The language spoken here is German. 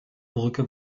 brücke